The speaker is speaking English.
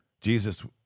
Jesus